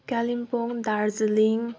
Kalimpong Darjeeling